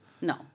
No